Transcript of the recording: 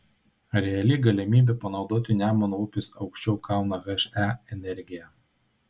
reali galimybė panaudoti nemuno upės aukščiau kauno he energiją